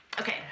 Okay